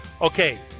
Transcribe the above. Okay